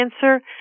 cancer